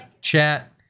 chat